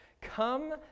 Come